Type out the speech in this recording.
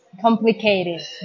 complicated